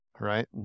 right